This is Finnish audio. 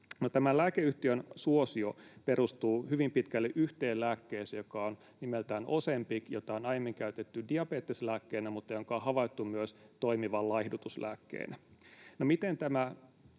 tämä lääkeyhtiön suosio perustuu hyvin pitkälle yhteen lääkkeeseen, joka on nimeltään Ozempic, jota on aiemmin käytetty diabeteslääkkeenä mutta jonka on havaittu toimivan myös laihdutuslääkkeenä.